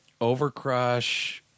overcrush